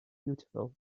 beautiful